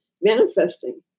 manifesting